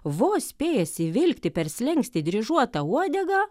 vos spėjęs įvilkti per slenkstį dryžuotą uodegą